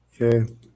Okay